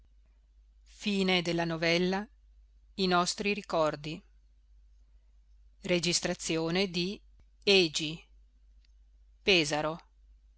chiamiamo i nostri ricordi quel povero